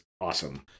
awesome